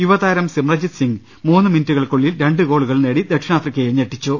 യുവതാരം സിമ്രജിത്ത് സിങ് മൂന്ന് മിനുട്ടു കൾക്കുള്ളിൽ രണ്ട് ഗോളുകൾ നേടി ദക്ഷിണാഫ്രിക്കയെ ഞെട്ടി ച്ചു